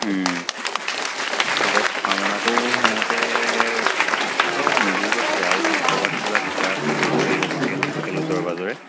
আকৌ থকা মেলাটোও সেইমতে হোষ্টেলত নুযুৰিব চাগৈ আৰু ক'ৰবাত কিবা যোগাৰ কৰিব লাগিব হোটেল চোটেল ওচৰে পাঁজৰে